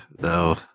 No